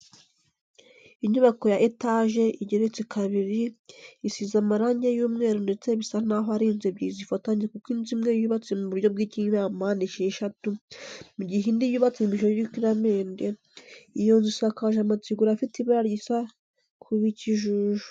Inyubako ya etaje igeretse kabiri, isize amarange y'umweru ndetse bisa n'aho ari inzu ebyiri zifatanye kuko inzu imwe yubatse mu buryo bw'ikinyampande esheshatu mu gihe indi yubatse mu ishusho y'urukiramende, iyo nzu isakaje amategura afite ibara rijya kuba ikijuju.